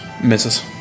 misses